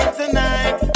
tonight